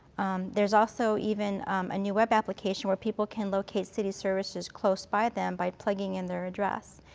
there's also even a new web application where people can locate city services close by them by plugging in their address.